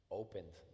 opened